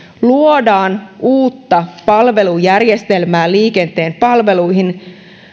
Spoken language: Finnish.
luodaan uutta palvelujärjestelmää liikenteen palveluihin